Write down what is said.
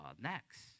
next